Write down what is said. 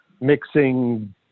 mixing